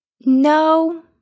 No